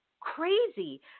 crazy